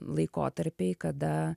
laikotarpiai kada